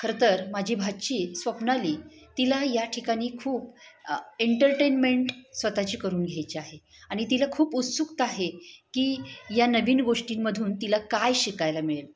खरंतर माझी भाची स्वप्नाली तिला या ठिकाणी खूप एंटरटेनमेंट स्वतःची करून घ्यायची आहे आण तिला खूप उत्सुकता आहे की या नवीन गोष्टींमधून तिला काय शिकायला मिळेल